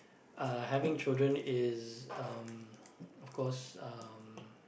uh having children is um of course um